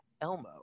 Elmo